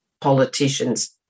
politicians